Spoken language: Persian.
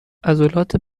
عضلات